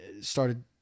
started